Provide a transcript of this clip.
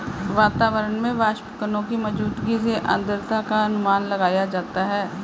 वातावरण में वाष्पकणों की मौजूदगी से आद्रता का अनुमान लगाया जाता है